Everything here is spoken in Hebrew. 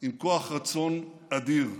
עם כוח רצון אדיר.